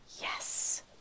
Yes